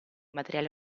materiali